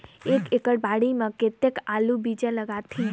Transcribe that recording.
एक एकड़ बाड़ी मे कतेक आलू बीजा लगथे?